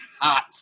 hot